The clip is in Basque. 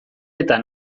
eta